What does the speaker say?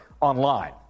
online